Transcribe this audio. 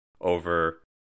over